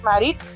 married